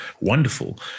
Wonderful